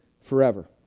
forever